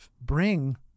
bring